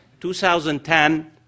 2010